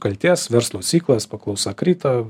kaltės verslo ciklas paklausa krito